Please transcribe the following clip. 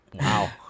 Wow